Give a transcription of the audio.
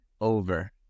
over